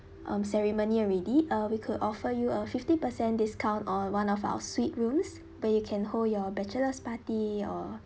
um ceremony already uh we could offer you a fifty percent discount on one of our suite rooms where you can hold your bachelor's party or